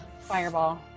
Fireball